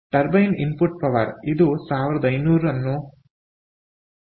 turbine input power ಇದು 1500 ಅನ್ನು 0